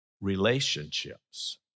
relationships